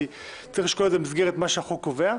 כי צריך לשקול את זה במסגרת מה שהחוק קובע.